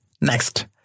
Next